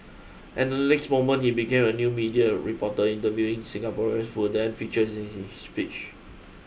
and the next moment he became a new media reporter interviewing Singaporean who then features in his speech